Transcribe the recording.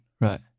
Right